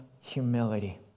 humility